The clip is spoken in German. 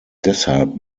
deshalb